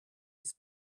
his